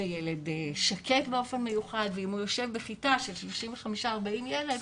זה ילד שקט באופן מיוחד ואם הוא יושב בכיתה של 35-40 ילד